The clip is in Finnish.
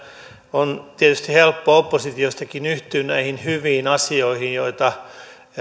on tietysti helppo oppositiostakin yhtyä näihin hyviin asioihin joita